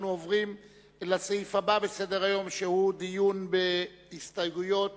אנחנו עוברים לסעיף הבא בסדר-היום שהוא דיון בהסתייגויות